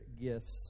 gifts